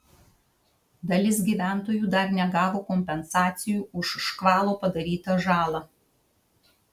dalis gyventojų dar negavo kompensacijų už škvalo padarytą žalą